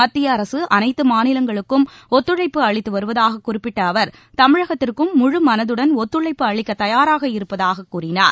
மத்திய அரசு அனைத்து மாநிலங்களுக்கும் ஒத்துழைப்பு அளித்து வருவதாக குறிப்பிட்ட அவர் தமிழகத்திற்கும் முழு மனதுடன் ஒத்துழைப்பு அளிக்க தயாராக இருப்பதாகக் கூறினார்